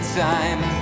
time